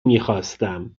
میخواستم